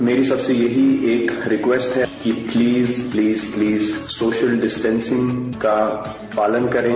मेरी सबसे एक यही एक रिक्वेस्ट है कि please please please social distancing का पालन करें